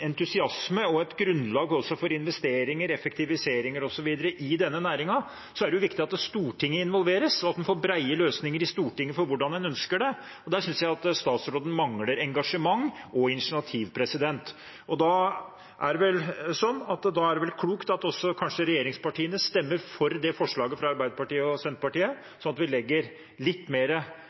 entusiasme og grunnlag for investeringer, effektivisering osv. i næringen, er det viktig at Stortinget involveres, at man får brede løsninger i Stortinget for hvordan man ønsker det. Og da synes jeg statsråden mangler engasjement og initiativ. Da er det vel klokt om også regjeringspartiene stemmer for forslaget fra Arbeiderpartiet, Senterpartiet og SV, slik at vi legger litt mer